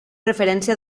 referència